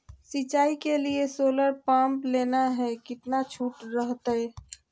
सिंचाई के लिए सोलर पंप लेना है कितना छुट रहतैय?